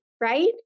right